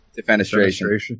Defenestration